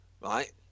right